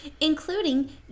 including